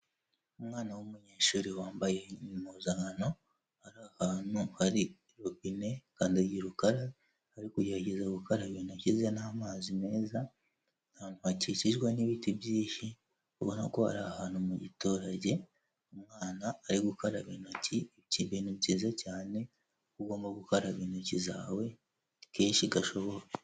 Umwana w'umunyeshuri wambaye impuzankano ari ahantu ari ahantu hari robine, kandagira ukarabe ariko kugerageza gukaraba into kize n'amazi meza ari ahantu akikijwe n'ibiti byinshihi ubona ko ari ahantu mu giturage; umwana ari gukaraba intoki ni ibintu byiza cyane ugomba gukaraba intoki zawe akenshi gashoboka.